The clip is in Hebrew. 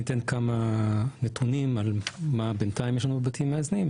ניתן כמה נתונים על מה בינתיים יש לנו בבתים המאזנים.